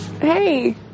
hey